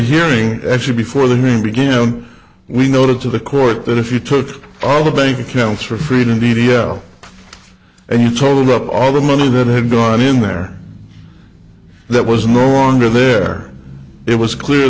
hearing actually before the hearing began we noted to the court that if you took all the bank accounts for freedom d d l and you told up all the money that had gone in there that was no longer there it was clear